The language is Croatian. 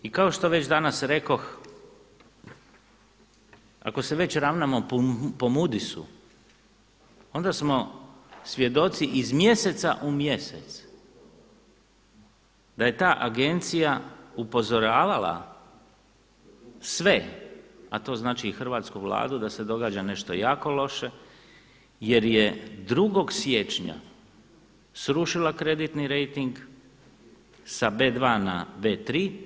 I kao što već danas rekoh ako se već ravnamo po Moodisu onda smo svjedoci iz mjeseca u mjesec da je ta agencija upozoravala sve, a to znači i hrvatsku Vladu da se događa nešto jako loše jer je 2. siječnja srušila kreditni rejting sa B2 na B3.